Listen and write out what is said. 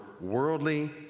worldly